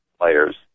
players